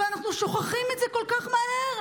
אבל אנחנו שוכחים את זה כל כך מהר.